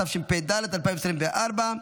התשפ"ד 2024,